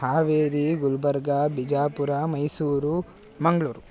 Haveri Gulbarga Bijapura Mysuru Mangaluru